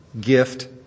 gift